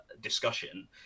discussion